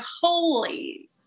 holy